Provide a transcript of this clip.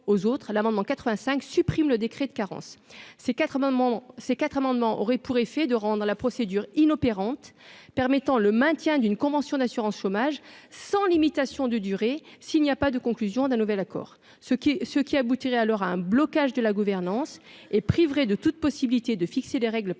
l'amendement 85 supprime le décret de carence ces 4 moment ces quatre amendements aurait pour effet de rendre la procédure inopérante permettant le maintien d'une convention d'assurance chômage, sans limitation de durée, s'il n'y a pas de conclusion d'un nouvel accord ce qui ce qui aboutirait à l'heure à un blocage de la gouvernance et priverait de toute possibilité de fixer des règles par décret